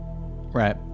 Right